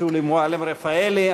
שולי מועלם-רפאלי.